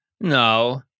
No